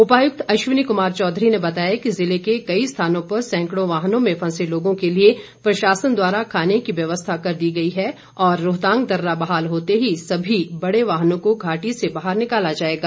उपायुक्त अश्वनी कुमार चौधरी ने बताया कि जिले के कई स्थानों पर सैंकड़ों वाहनों में फंसे लोगों के लिए प्रशासन द्वारा खाने की व्यवस्था कर दी गई है और रोहतांग दर्रा बहाल होते ही सभी बड़े वाहनों को घाटी से बाहर निकाला जाएगा